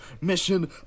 mission